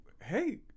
hey